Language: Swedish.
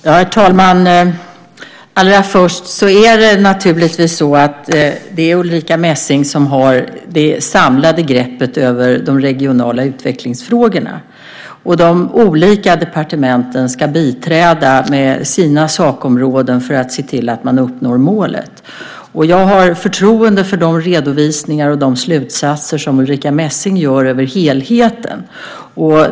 Herr talman! Det är naturligtvis Ulrica Messing som har det samlade greppet över de regionala utvecklingsfrågorna. De olika departementen ska biträda med sina sakområden för att se till att man uppnår målet. Jag har förtroende för de redovisningar och de slutsatser som Ulrica Messing gör över helheten.